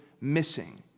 missing